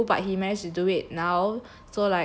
thing to do but he managed to do it now